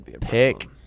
pick